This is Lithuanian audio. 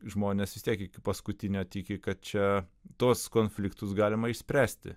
žmonės vis tiek iki paskutinio tiki kad čia tuos konfliktus galima išspręsti